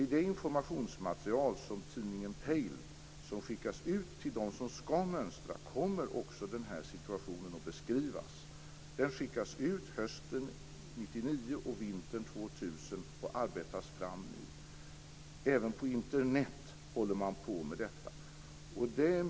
I det informationsmaterial som finns med i tidningen Pejl, som skickas ut till dem som skall mönstra, kommer situationen att beskrivas. Den skickas ut hösten 1999 och vintern 2000, och den arbetas fram nu. Det tas även fram information på Internet.